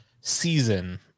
season